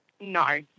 No